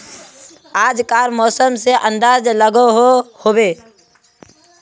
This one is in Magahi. आज कार मौसम से की अंदाज लागोहो होबे?